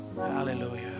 Hallelujah